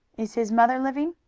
is his mother living?